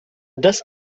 dass